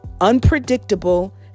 unpredictable